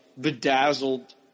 bedazzled